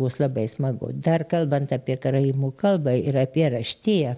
bus labai smagu dar kalbant apie karaimų kalbą ir apie raštiją